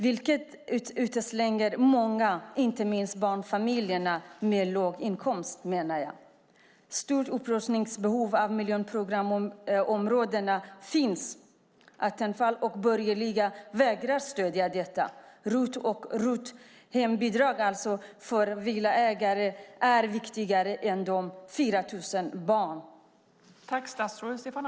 Det utestänger många, inte minst barnfamiljer med låg inkomst, menar jag. Det finns ett stort behov av upprustning av miljonprogramsområdena. Attefall och de borgerliga vägrar att stödja detta. ROT och RUT, alltså hembidrag för villaägare, är viktigare än de 4 000 barnen.